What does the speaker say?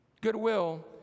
Goodwill